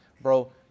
bro